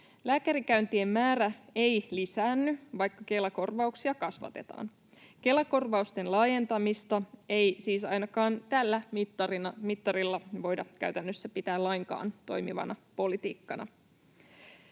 Lääkärikäyntien määrä ei lisäänny, vaikka Kela-korvauksia kasvatetaan. Kela-korvausten laajentamista ei siis ainakaan tällä mittarilla voida käytännössä pitää lainkaan toimivana politiikkana.